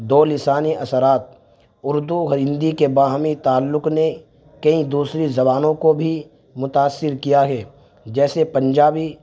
دو لسانی اثرات اردو اور ہندی کے باہمی تعلق نے کئی دوسری زبانوں کو بھی متأثر کیا ہے جیسے پنجابی